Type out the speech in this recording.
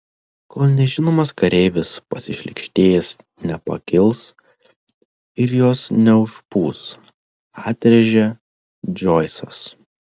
kol nežinomas kareivis pasišlykštėjęs nepakils ir jos neužpūs atrėžė džoisas